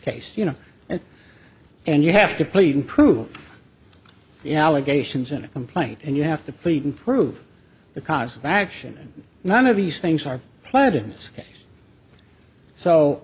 case you know it and you have to plead unproven allegations in a complaint and you have to plead and prove the cause of action and none of these things are